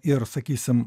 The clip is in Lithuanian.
ir sakysim